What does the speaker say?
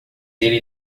ele